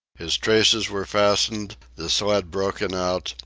his traces were fastened, the sled broken out,